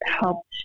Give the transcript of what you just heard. helped